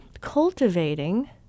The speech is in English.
cultivating